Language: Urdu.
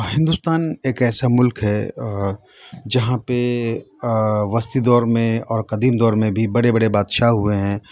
ہندوستان ایک ایسا ملک ہے جہاں پہ وسطی دور میں اور قدیم دور میں بھی بڑے بڑے بادشاہ ہوئے ہیں